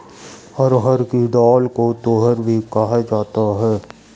अरहर की दाल को तूअर भी कहा जाता है